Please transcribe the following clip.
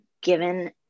given